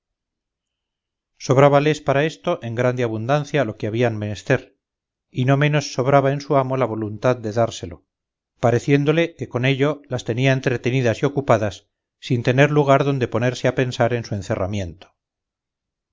sabrosas sobrábales para esto en grande abundancia lo que habían menester y no menos sobraba en su amo la voluntad de dárselo pareciéndole que con ello las tenía entretenidas y ocupadas sin tener lugar donde ponerse a pensar en su encerramiento